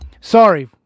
Sorry